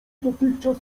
dotychczas